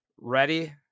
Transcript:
Ready